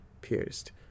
pierced